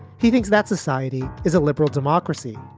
he thinks that society is a liberal democracy.